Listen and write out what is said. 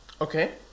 Okay